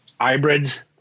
hybrids